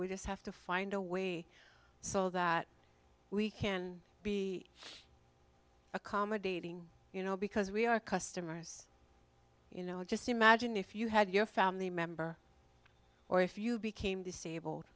we just have to find a way so that we can be accommodating you know because we our customers you know just imagine if you had your family member or if you became disabled